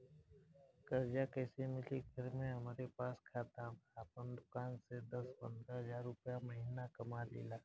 कर्जा कैसे मिली घर में हमरे पास खाता बा आपन दुकानसे दस पंद्रह हज़ार रुपया महीना कमा लीला?